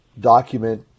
document